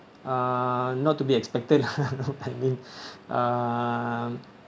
uh not to be expected lah you know what I mean uh